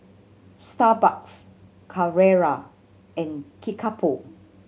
Starbucks Carrera and Kickapoo